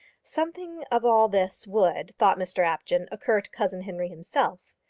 something of all this would, thought mr apjohn, occur to cousin henry himself,